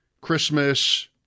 Christmas